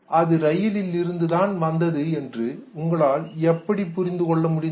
அது ரயிலில் இருந்து தான் வந்தது என்று உங்களால் எப்படி புரிந்து கொள்ள முடிந்தது